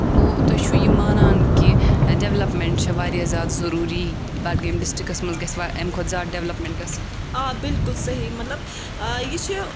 گوٚو تُہی چھو یہِ مانان کہِ ڈیولَپمٮ۪نٹ چھِ واریاہ زیادٕ ضروٗری بڈگٲمۍ ڈسٹرِکس منٛز گَژھِ وۄنۍ اَمہِ کھۄتہٕ زیادٕ ڈیولَپمٮ۪نٹ گَژھٕنۍ آبلکُل صحیح مطلب آ یہِ چھُ